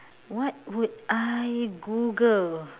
what would I google